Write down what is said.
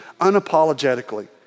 unapologetically